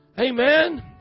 Amen